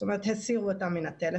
זאת אומרת, הסירו אותה מהטלפון.